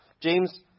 James